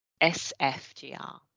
SFGR